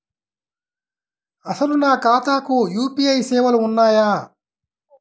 అసలు నా ఖాతాకు యూ.పీ.ఐ సేవలు ఉన్నాయా?